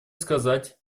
сказать